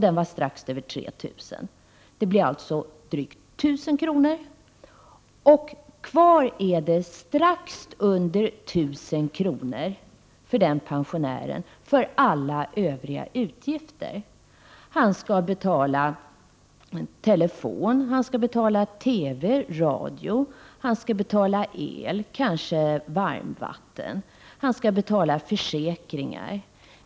Sjukhusavgiften blir alltså drygt 1 000 kr. Kvar blir strax under 1 000 kr. för den pensionärens alla övriga utgifter. Han skall betala telefon, TV, radio, el, kanske varmvatten, och försäkringar.